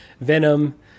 Venom